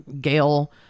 Gail